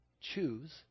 choose